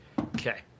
Okay